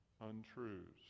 untruths